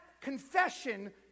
confession